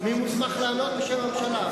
מי מוסמך לענות בשם הממשלה?